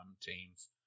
teams